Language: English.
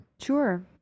Sure